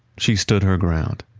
she stood her ground.